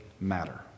matter